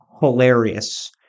hilarious